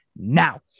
now